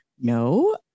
no